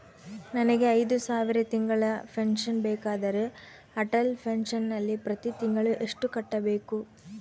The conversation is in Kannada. ನನಗೆ ಐದು ಸಾವಿರ ತಿಂಗಳ ಪೆನ್ಶನ್ ಬೇಕಾದರೆ ಅಟಲ್ ಪೆನ್ಶನ್ ನಲ್ಲಿ ಪ್ರತಿ ತಿಂಗಳು ಎಷ್ಟು ಕಟ್ಟಬೇಕು?